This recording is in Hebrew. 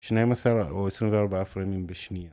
12 או 24 פריימים בשנייה